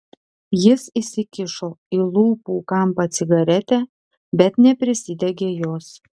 jis įsikišo į lūpų kampą cigaretę bet neprisidegė jos